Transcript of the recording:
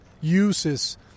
uses